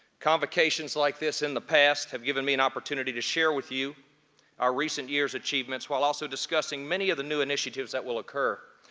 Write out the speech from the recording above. convocations like this in the past have given me an opportunity to share with you our recent year's achievements, while also discussing many of the new initiatives that will occur.